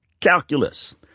Calculus